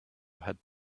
had